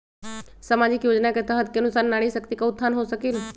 सामाजिक योजना के तहत के अनुशार नारी शकति का उत्थान हो सकील?